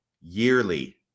yearly